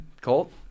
Colt